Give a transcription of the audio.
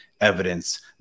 evidence